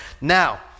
Now